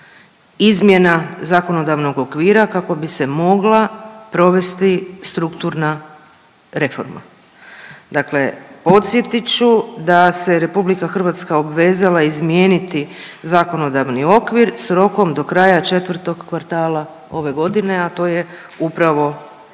izmjena zakonodavnog okvira kako bi se mogla provesti strukturna reforma. Dakle podsjetit ću da se RH obvezala izmijeniti zakonodavni okvir s rokom do kraja 4. kvartala ove godine, a to je upravo